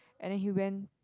and he went